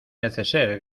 neceser